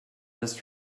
this